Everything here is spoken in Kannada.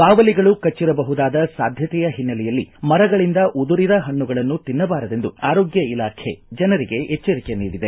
ಬಾವಲಿಗಳು ಕಟ್ಟರಬಹುದಾದ ಸಾಧ್ಯತೆಯ ಹಿನ್ನೆಲೆಯಲ್ಲಿ ಮರಗಳಿಂದ ಉದುರಿದ ಹಣ್ಣುಗಳನ್ನು ತಿನ್ನಬಾರದೆಂದು ಆರೋಗ್ಯ ಇಲಾಖೆ ಜನರಿಗೆ ಎಚ್ಚರಿಕೆ ನೀಡಿದೆ